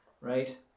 Right